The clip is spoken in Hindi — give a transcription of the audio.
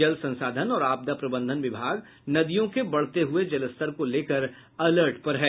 जल संसाधन और आपदा प्रबंधन विभाग नदियों के बढ़ते हुए जलस्तर को लेकर अलर्ट पर है